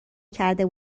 کرده